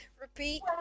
repeat